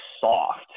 soft